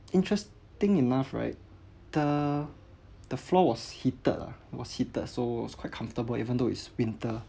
interest enough right the the floor was heated ah it was heated so it's quite comfortable even though it's winter